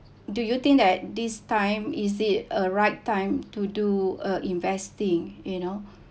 do you think that this time is it a right time to do a investing you know